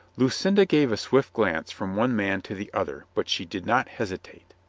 lucinda gave a swift glance from one man to the other, but she did not hesitate.